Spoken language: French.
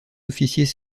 officiers